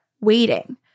waiting